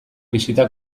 bisita